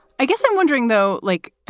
i guess i'm wondering, though, like,